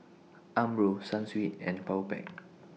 Umbro Sunsweet and Powerpac